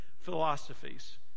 philosophies